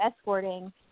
escorting